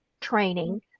training